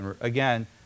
Again